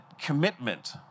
commitment